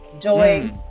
joy